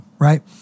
Right